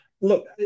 Look